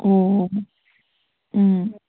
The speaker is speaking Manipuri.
ꯑꯣ ꯎꯝ